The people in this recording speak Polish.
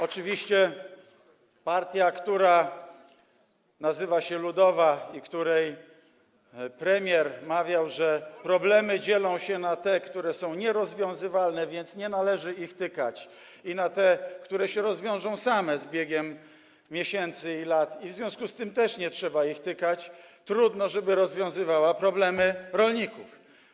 Oczywiście partia, która nazywa się „ludowa” i z której premier mawiał, że problemy dzielą się na te, które są nierozwiązywalne, więc nie należy ich tykać, i na te, które się rozwiążą same z biegiem miesięcy i lat, w związku z tym też nie trzeba ich tykać, trudno, żeby rozwiązywała problemy rolników.